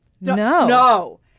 No